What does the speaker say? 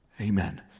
amen